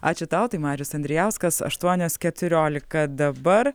ačiū tau tai marius andrijauskas aštuonios keturiolika dabar